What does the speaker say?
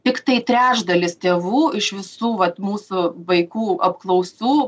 tiktai trečdalis tėvų iš visų vat mūsų vaikų apklausų